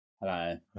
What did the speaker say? Hello